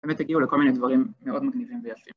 באמת הגיעו לכל מיני דברים מאוד מגניבים ויפים.